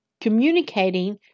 communicating